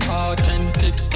authentic